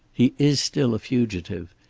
he is still a fugitive.